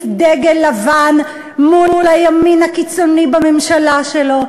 דגל לבן מול הימין הקיצוני בממשלה שלו.